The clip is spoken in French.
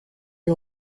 lus